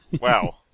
Wow